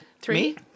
Three